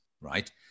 right